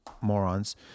morons